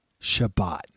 Shabbat